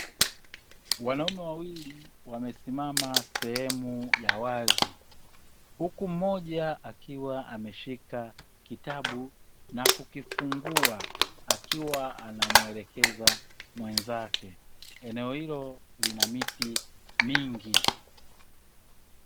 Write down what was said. Wanaume wawili wamesimama sehemu ya wazi huku mmoja akiwa ameshika kitabu na kukifungua akiwa anamuelekeza mwenzake. Eneo hilo lina miti mingi.